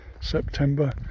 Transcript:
September